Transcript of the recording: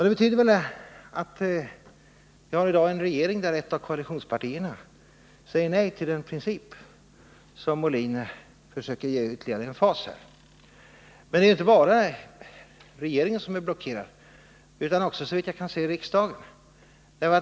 Det betyder att vi i dag har en regering där ett av koalitionspartierna säger nej till en princip som Björn Molin här försöker ge ytterligare emfas. Men det är inte bara regeringen som är blockerad utan också, såvitt jag kan se, riksdagen.